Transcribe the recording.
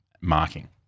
marking